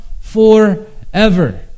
forever